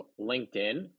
LinkedIn